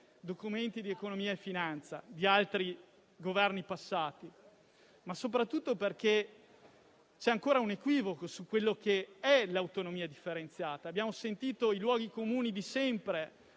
Documenti di economia e finanza di Governi passati, ma soprattutto perché c'è ancora un equivoco su quella che è l'autonomia differenziata. Abbiamo sentito i luoghi comuni di sempre;